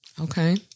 okay